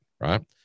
Right